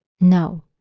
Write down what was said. no